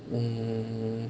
hmm